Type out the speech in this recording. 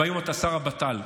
והיום אתה שר הבט"ל,